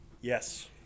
Yes